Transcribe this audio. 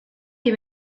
que